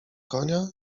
konia